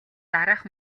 дараах